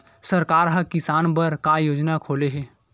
सरकार ह किसान बर का योजना खोले हे?